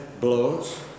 Blows